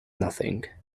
nothing